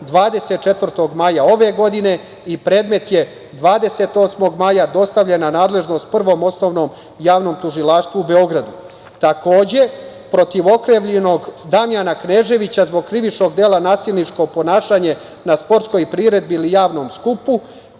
24. maja ove godine i predmet je 28. maja dostavljen na nadležnost Prvom osnovnom javnom tužilaštvu u Beogradu. Takođe, protiv okrivljenog Damjana Kneževića zbog krivičnog dela - nasilničko ponašanje na sportskoj priredbi ili javnom skupu